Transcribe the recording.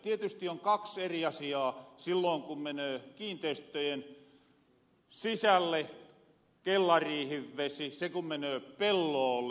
tietysti on kaks eri asiaa silloon kun menöö kiinteistöjen sisälle kellariihin vesi ja se ku menöö pelloolle